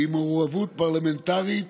ועם מעורבות פרלמנטרית